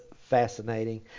fascinating